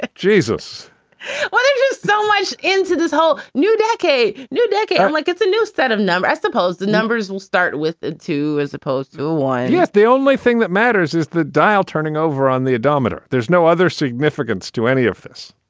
ah jesus is just so much into this whole new decade, new decade or like it's a new set of numbers i suppose the numbers will start with two as opposed to ah the yeah the only thing that matters is the dial turning over on the odometer. there's no other significance to any of this.